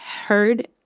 heard